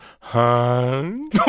Hun